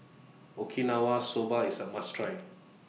Okinawa Soba IS A must Try